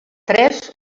tres